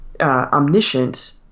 omniscient